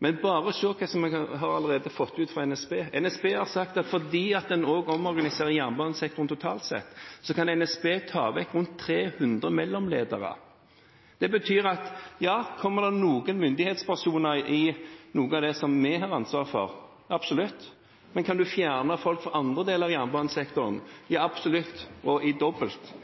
Men bare se hva vi allerede har fått ut fra NSB! NSB har sagt at fordi en også omorganiserer jernbanesektoren totalt sett, kan NSB ta vekk rundt 300 mellomledere. Det betyr: Kommer det noen myndighetspersoner i noe av det som vi har ansvaret for? – Absolutt. Men kan man fjerne folk fra andre deler av jernbanesektoren? – Ja absolutt og i dobbelt.